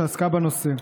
שעסקה בנושא.